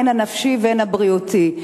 הן הנפשי והן הבריאותי.